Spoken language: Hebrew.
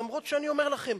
למרות שאני אומר לכם,